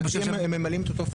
מבחינתי הם ממלאים את אותה פונקציה.